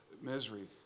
Misery